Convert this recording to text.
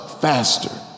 faster